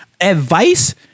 advice